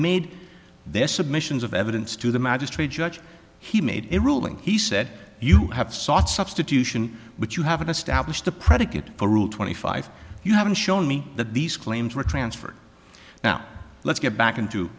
made their submissions of evidence to the magistrate judge he made a ruling he said you have sought substitution but you haven't established the predicate for rule twenty five you haven't shown me that these claims were transferred now let's get back into